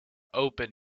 open